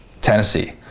Tennessee